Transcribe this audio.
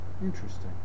Interesting